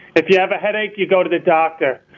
if you have a headache, you go to the doctor.